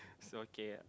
so okay